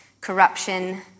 corruption